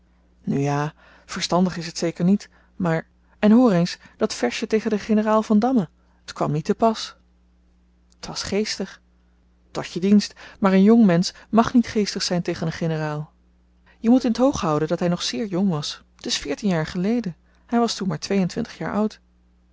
ja verstandig is t zeker niet maar en hoor eens dat versje tegen den generaal vandamme t kwam niet te pas t was geestig tot je dienst maar een jong mensch mag niet geestig zyn tegen een generaal je moet in t oog houden dat hy nog zeer jong was het is veertien jaar geleden hy was toen maar twee-en-twintig jaar oud